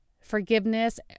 forgiveness